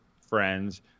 friends